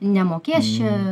nemokės čia